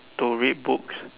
to read books